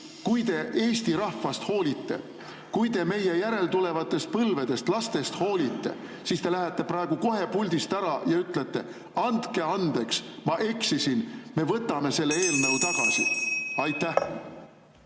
kui te Eesti rahvast hoolite, kui te meie järeltulevatest põlvedest, lastest hoolite, siis te lähete praegu kohe puldist ära ja ütlete: "Andke andeks, ma eksisin. Me võtame selle eelnõu tagasi." Jääb